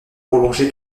prolongé